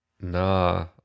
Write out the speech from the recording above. Nah